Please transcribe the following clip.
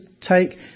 take